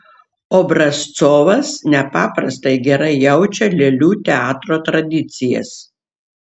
obrazcovas nepaprastai gerai jaučia lėlių teatro tradicijas